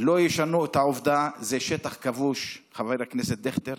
לא ישנו את העובדה שזה שטח כבוש, חבר הכנסת דיכטר.